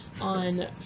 on